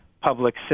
public